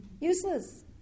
Useless